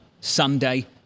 Sunday